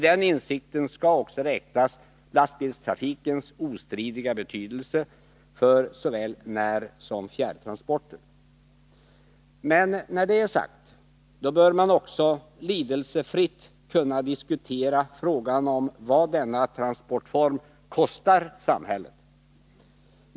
Den insikten omfattar också lastbilstrafikens ostridiga betydelse för såväl närsom fjärrtransporter. Men när det är sagt bör man också lidelsefritt kunna diskutera frågan om vad denna transportform kostar samhället.